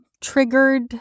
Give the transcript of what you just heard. triggered